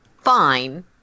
fine